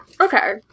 okay